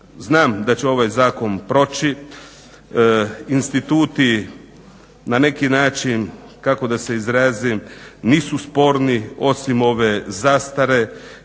Znam da će ovaj zakon proći. Instituti na neki način kako da se izrazim nisu sporni osim ove zastare,